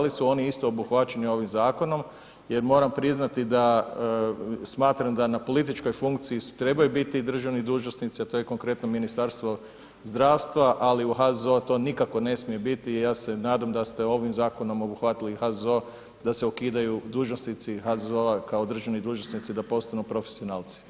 li su oni isto obuhvaćeni ovih zakonom jer moram priznati da, smatram da na političkoj funkciji trebaju biti državni dužnosnici, a to je konkretno Ministarstvo zdravstva, ali u HZZO-u to nikako ne smije biti i ja se nadam da ste ovim zakonom obuhvatili i HZZO da se ukidaju dužnosnici HZZO-a kao državni dužnosnici, da postanu profesionalci.